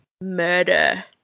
murder